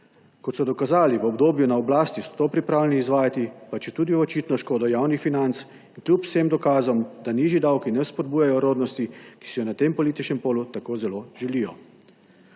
Kot so dokazali v obdobju na oblasti, so to pripravljeni izvajati, pa četudi je očitno v škodo javnih financ in kljub vsem dokazom, da nižji davki ne spodbujajo rodnosti, ki si jo na tem političnem polu tako zelo želijo.